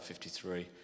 53